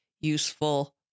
useful